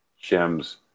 gems